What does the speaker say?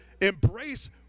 embrace